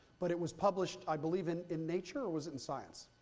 but it was published, i believe, in in nature or was it in science?